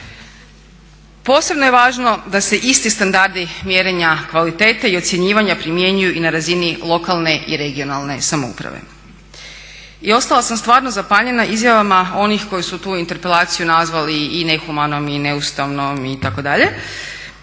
Posebno je važno da se isti standardi mjerenja kvalitete i ocjenjivanja primjenjuju i na razini lokalne i regionalne samouprave. I ostala sam stvarno zapanjena izjavama onih koji su tu interpelaciju nazvali i nehumanom, i neustavnom itd. jer